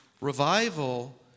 Revival